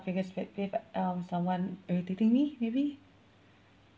biggest pet peeve um someone irritating me maybe